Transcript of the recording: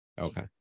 Okay